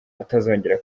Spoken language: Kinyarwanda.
atazongera